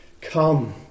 Come